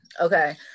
Okay